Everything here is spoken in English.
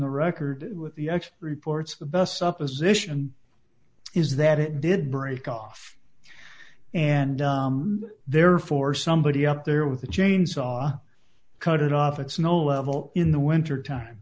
the record with the ex reports the best supposition is that it did break off and therefore somebody up there with a chainsaw cut it off it's no level in the wintertime